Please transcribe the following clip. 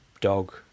dog